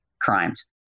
crimes